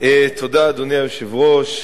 אדוני היושב-ראש,